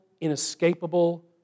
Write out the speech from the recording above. inescapable